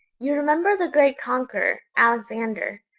you remember the great conqueror, alexander,